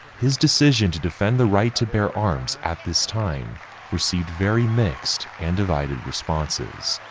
his decision to defend the right to bear arms at this time received very mixed and divided responses.